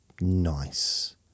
nice